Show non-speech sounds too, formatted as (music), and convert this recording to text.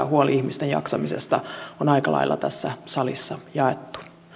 (unintelligible) huoli ihmisten jaksamisesta on aika lailla tässä salissa jaettu